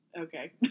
Okay